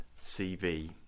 CV